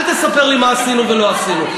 אל תספר לי מה עשינו ולא עשינו.